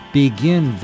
begin